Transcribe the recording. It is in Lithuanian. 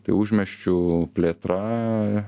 tai užmiesčių plėtra